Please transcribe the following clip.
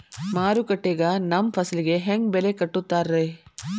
ಮಾರುಕಟ್ಟೆ ಗ ನಮ್ಮ ಫಸಲಿಗೆ ಹೆಂಗ್ ಬೆಲೆ ಕಟ್ಟುತ್ತಾರ ರಿ?